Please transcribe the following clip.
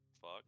Fuck